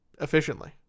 efficiently